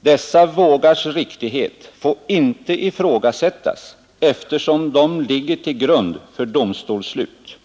Dessa vågars riktighet får inte ifrågasättas, eftersom de ligger till grund för domstolsbeslut.